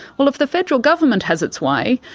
well if the federal government has its way,